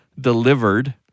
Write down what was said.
delivered